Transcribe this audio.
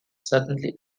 suddenly